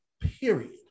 Period